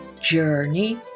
Journey